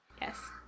Yes